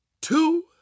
two